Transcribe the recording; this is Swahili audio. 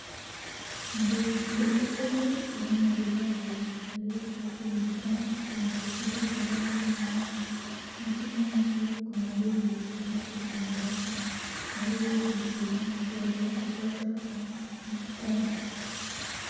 Duka hili lina bidhaa mbali mbali. Kati ya bidhaa kuna pakiti za rangi ya majano na chini yake kuna bei iliyohidhirishwa kwenye rafu na hivyo kumsaidia mteja kupata anacho kihitaji.